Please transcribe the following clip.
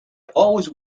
always